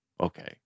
Okay